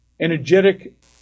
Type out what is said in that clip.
energetic